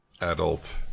adult